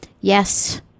yes